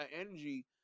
energy